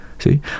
See